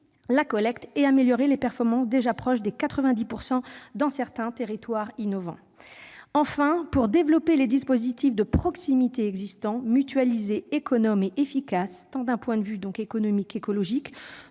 et permettre d'améliorer les performances, déjà proches de 90 % dans certains territoires innovants. Enfin, pour développer les dispositifs de proximité existants, mutualisés, économes et efficaces, économiquement comme écologiquement,